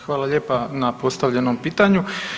Hvala lijepa na postavljenom pitanju.